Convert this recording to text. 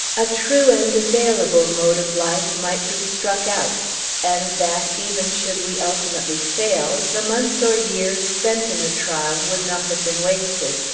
a true and available mode of life might be struck out and that, even should we ultimately fail, the months or years spent in the trial would not have been wasted,